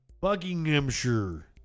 Buckinghamshire